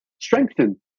strengthen